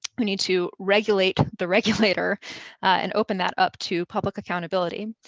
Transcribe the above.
we need to regulate the regulator and open that up to public accountability.